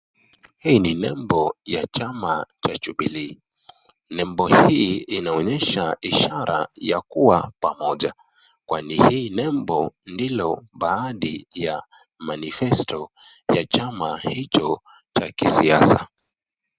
Hii ni nembo ya chama cha Jubilee. Nembo hiii inaonesha ishara ya kuwa pamoja ,kwani hii nembo ndilo baadhi ya manifesto ya chama hicho cha kisiasa.